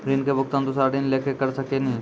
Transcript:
ऋण के भुगतान दूसरा ऋण लेके करऽ सकनी?